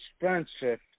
expensive